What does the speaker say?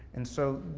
and so,